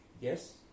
Yes